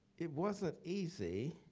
it wasn't easy.